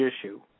issue